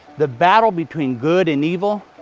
the battle between good and evil,